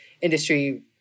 industry